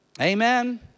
Amen